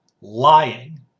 lying